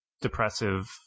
depressive